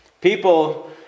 People